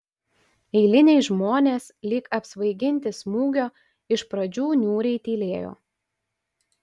eiliniai žmonės lyg apsvaiginti smūgio iš pradžių niūriai tylėjo